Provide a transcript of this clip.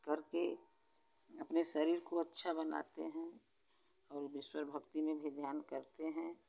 करके अपने शरीर को अच्छा बनाते हैं और ईश्वर भक्ति में भी ध्यान करते हैं